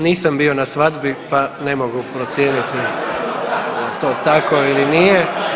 Nisam bio na svadbi pa ne mogu procijeniti je li to tako ili nije.